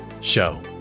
show